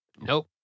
Nope